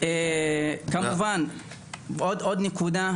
עוד נקודה,